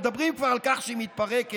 מדברים כבר על כך שהיא מתפרקת,